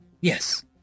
Yes